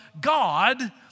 God